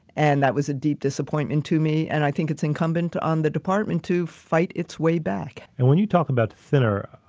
and that was a deep disappointing to me. and i think it's incumbent on the department to fight its way back. and when you talk about thinner,